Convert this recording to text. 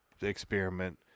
experiment